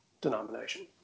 denomination